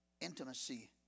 intimacy